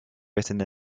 written